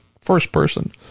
First-person